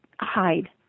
hide